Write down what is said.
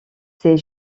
ses